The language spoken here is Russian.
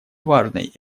важной